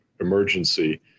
emergency